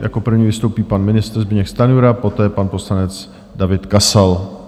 Jako první vystoupí pan ministr Zbyněk Stanjura, poté pan poslanec David Kasal.